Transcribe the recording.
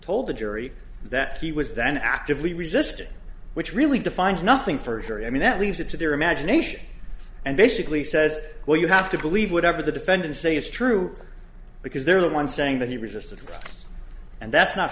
told the jury that he was then asked if he resisted which really defines nothing for a jury i mean that leaves it to their imagination and basically says well you have to believe whatever the defendant say is true because they're the one saying that he resisted and that's not